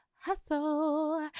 Hustle